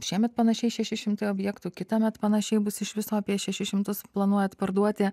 šiemet panašiai šeši šimtai objektų kitąmet panašiai bus iš viso apie šešis šimtus planuojat parduoti